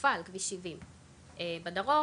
חלופה על כביש 70. בדרום